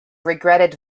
regretted